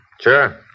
Sure